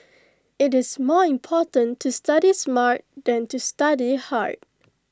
IT is more important to study smart than to study hard